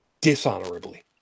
dishonorably